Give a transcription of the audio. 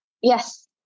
yes